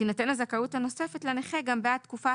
תינתן הזכאות הנוספת לנכה גם בעד תקופה